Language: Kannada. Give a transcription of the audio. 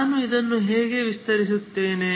ನಾನು ಇದನ್ನು ಹೇಗೆ ವಿಸ್ತರಿಸುತ್ತೇನೆ